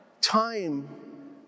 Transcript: time